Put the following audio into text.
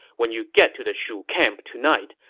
when you get to the shu camp tonight,